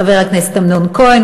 חבר הכנסת אמנון כהן,